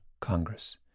Congress